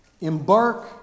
Embark